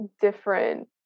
different